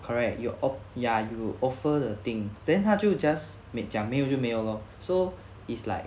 correct you op~ ya you offer the thing then 他就 just 没讲没有就没有 lor so it's like